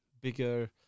bigger